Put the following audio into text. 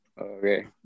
Okay